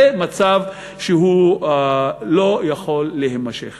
זה מצב שלא יכול להימשך